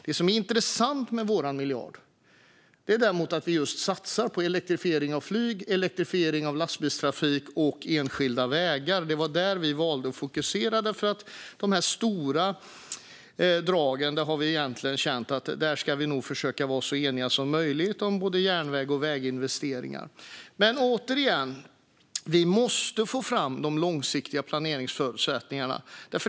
Det som är intressant med vår miljard är att vi satsar på just elektrifiering - av flyg, av lastbilstrafik och av enskilda vägar. Det var det vi valde att fokusera på, för i de stora dragen har vi känt att där ska vi försöka vara så eniga som möjligt om både järnvägs och väginvesteringar. Men, återigen, vi måste få fram de långsiktiga planeringsförutsättningarna.